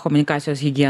komunikacijos higiena